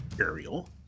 Ariel